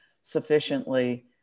sufficiently